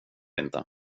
inte